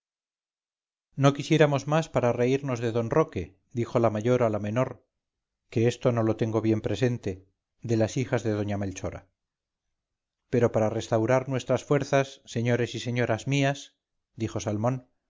no quisiéramos más para reírnos de don roque dijo la mayor o la menor que esto no lo tengo bien presente de las hijas de doña melchora pero para restaurar nuestras fuerzas señores y señoras mías dijo salmón